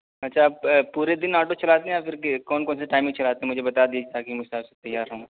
اچھا آپ پورے دن آٹو چلاتے ہیں یا پھر کہ کون کون سے ٹائم میں چلاتے ہیں مجھے بتا دیجیے تاکہ میں اس حساب سے تیار رہوں